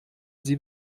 sie